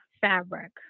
fabric